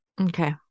Okay